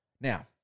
Now